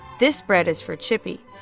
this bread is for chippy.